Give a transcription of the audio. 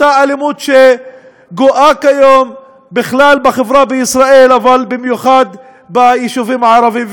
אותה אלימות שגואה כיום בכלל בחברה בישראל אבל במיוחד ביישובים הערביים.